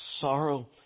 sorrow